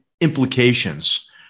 implications